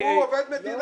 הוא עובד מדינה.